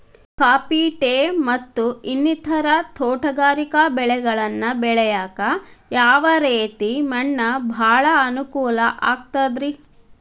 Coffee, tea, ಮತ್ತ ಇನ್ನಿತರ ತೋಟಗಾರಿಕಾ ಬೆಳೆಗಳನ್ನ ಬೆಳೆಯಾಕ ಯಾವ ರೇತಿ ಮಣ್ಣ ಭಾಳ ಅನುಕೂಲ ಆಕ್ತದ್ರಿ?